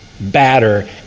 batter